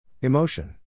Emotion